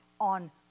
on